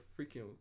freaking